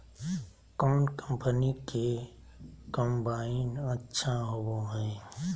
कौन कंपनी के कम्बाइन अच्छा होबो हइ?